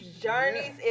journeys